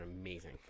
amazing